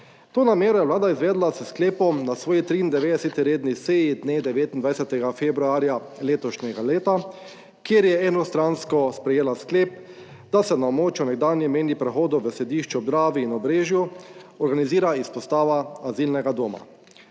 To namero je Vlada izvedla s sklepom na svoji 93. redni seji dne 29. februarja letošnjega leta, kjer je enostransko sprejela sklep, da se na območju nekdanjih mejnih prehodov v Središču ob Dravi in Obrežju organizira izpostava azilnega doma.